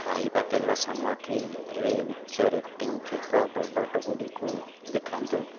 ଖାଇବା ତେଲ ସାମଗ୍ରୀ ରେ ଉଚ୍ଚ ରେଟିଂ ଥିବା ପ୍ରଡ଼କ୍ଟ୍ ଗୁଡ଼ିକୁ ଦେଖାନ୍ତୁ